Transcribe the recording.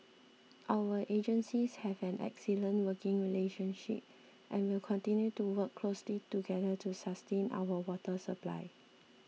our agencies have an excellent working relationship and will continue to work closely together to sustain our water supply